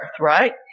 right